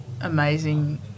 amazing